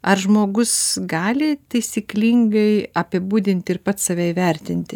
ar žmogus gali taisyklingai apibūdinti ir pats save įvertinti